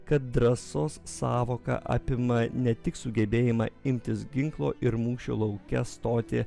kad drąsos sąvoka apima ne tik sugebėjimą imtis ginklo ir mūšio lauke stoti